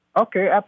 Okay